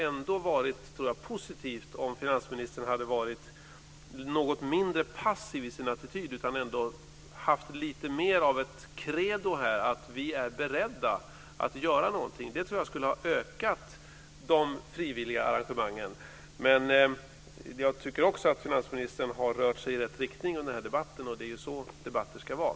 Men det skulle nog ha varit positivt om finansministern hade varit något mindre passiv i sin attityd och ändå hade haft lite mer av ett credo här - att man är beredd att göra något. Det tror jag skulle ha ökat de frivilliga arrangemangen. Dock tycker jag också att finansministern har rört sig i rätt riktning under den här debatten, och det är ju så debatter ska vara.